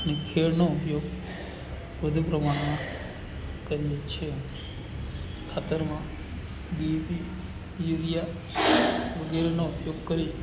અને ખેડનો ઉપયોગ વધુ પ્રમાણમાં કરીએ છીએ ખાતરમાં ડીઇપી યુરીયા વગેરેનો ઉપયોગ કરી